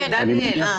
דניאל.